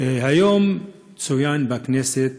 היום צוין בכנסת,